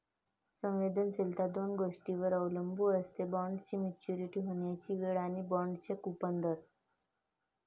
संवेदनशीलता दोन गोष्टींवर अवलंबून असते, बॉण्डची मॅच्युरिटी होण्याची वेळ आणि बाँडचा कूपन दर